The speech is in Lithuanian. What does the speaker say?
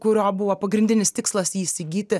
kurio buvo pagrindinis tikslas jį įsigyti